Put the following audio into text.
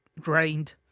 drained